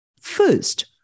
First